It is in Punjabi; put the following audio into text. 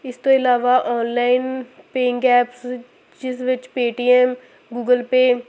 ਇਸ ਤੋਂ ਇਲਾਵਾ ਆਨਲਾਈਨ ਪੇਇੰਗ ਐਪਸ ਜਿਸ ਵਿੱਚ ਪੇਟੀਐਮ ਗੂਗਲ ਪੇ